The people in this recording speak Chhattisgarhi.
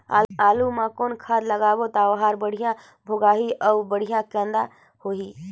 आलू मा कौन खाद लगाबो ता ओहार बेडिया भोगही अउ बेडिया कन्द होही?